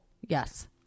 Yes